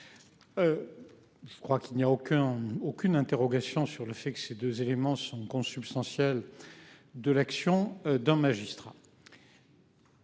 Je crois qu'il n'y a aucun aucune interrogation sur le fait que ces 2 éléments sont consubstantiels de l'action d'un magistrat.